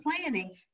planning